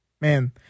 man